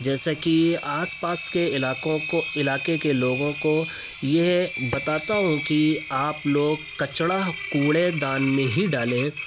جیسے کہ آس پاس کے علاقوں کو علاقے کے لوگوں کو یہ بتاتا ہوں کہ آپ لوگ کچرہ کوڑے دان میں ہی ڈالیں